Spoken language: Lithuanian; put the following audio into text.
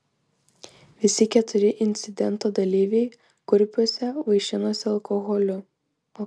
visi keturi incidento dalyviai kurpiuose vaišinosi alkoholiu